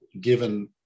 given